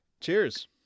cheers